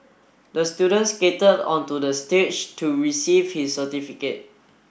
the student skated onto the stage to receive his certificate